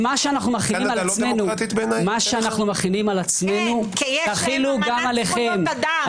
מה שאנו מחילים על עצמנו תחילו גם עליכם.